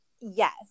Yes